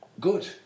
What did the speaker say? Good